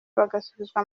bagasubizwa